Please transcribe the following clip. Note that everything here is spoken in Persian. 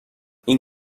این